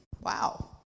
wow